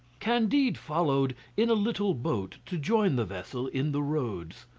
candide followed in a little boat to join the vessel in the roads.